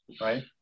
right